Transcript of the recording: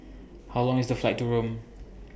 How Long IS The Flight to Rome